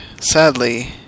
sadly